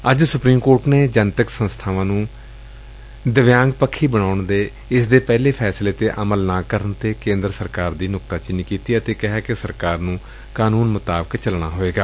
ੱਜ supreme court ਨੇ ਜਨਤਕ ਸੰਸਥਾਵਾਂ ਨੂੰ ਦਿਵਿਆਂਗ ਪੱਖੀ ਬਣਾਉਣ ਦੇ ਇਸ ਦੇ ਪਹਿਲੇ ਫੈਸਲੇ ਤੇ ਅਮਲ ਨਾ ਕਰਨ ਤੇ ਕੇ'ਦਰ ਸਰਕਾਰ ਦੀ ਨੁਕਤਾਚੀਨੀ ਕੀਤੀ ਏ ਅਤੇ ਕਿਹੈ ਕਿ ਸਰਕਾਰ ਨੂੰ ਕਾਨੂੰਨ ਮੁਤਾਬਿਕ ਚੱਲਣਾ ਹੋਵੇਗਾ